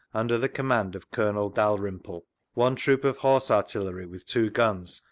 under the command of colonel dalrymple one troop of horse artillery with two guns,